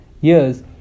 years